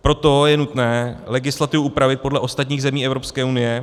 Proto je nutné legislativu upravit podle ostatních zemí Evropské unie.